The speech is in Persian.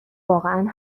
واقعا